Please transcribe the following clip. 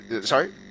Sorry